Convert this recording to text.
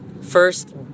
first